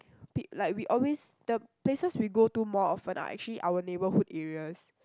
p~ like we always the places we go to more often are actually our neighbourhood areas